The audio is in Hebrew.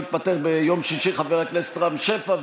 ביום שישי התפטר חבר הכנסת רם שפע,